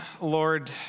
Lord